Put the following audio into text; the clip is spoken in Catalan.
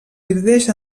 divideix